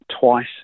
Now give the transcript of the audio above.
twice